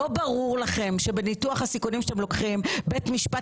לא ברור לכם שבניתוח הסיכונים שאתם לוקחים בית משפט